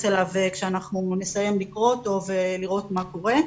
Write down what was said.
אליו כשאנחנו נסיים לקרוא אותו ולראות מה קורה.